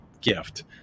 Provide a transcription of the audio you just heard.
gift